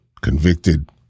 convicted